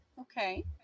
Okay